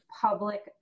public